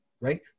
Right